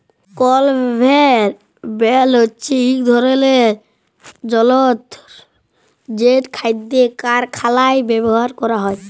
conveyor belt হছে ইক ধরলের যল্তর যেট খাইদ্য কারখালায় ব্যাভার ক্যরা হ্যয়